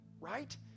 right